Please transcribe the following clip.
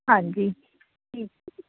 ਹਾਂਜੀ ਠੀਕ